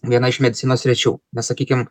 viena iš medicinos sričių nesakykime